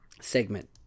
segment